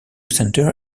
center